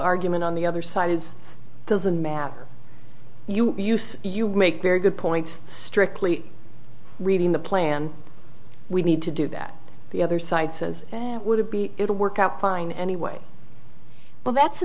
argument on the other side is doesn't matter you use you make very good points strictly reading the plan we need to do that the other side says would be it'll work out fine anyway but that's